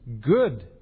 good